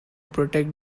protect